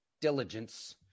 diligence